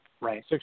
Right